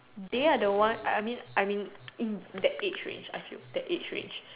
they are the one I mean I mean that age range I feel that age range